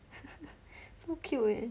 so cute leh